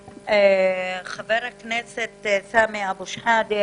חבר הכנסת סמי אבו שחאדה.